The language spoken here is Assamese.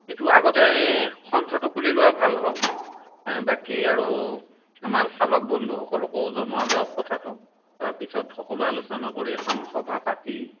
এইটো আগতে সন্থাটো খুলি লোৱা ভাল হ'ওক বাকী আৰু আমাৰ চালক বন্ধুসকলকো জনোৱা যাওক কথাটো তাৰপাছত সকলোৱে আলোচনা কৰি এখন সভা পাতি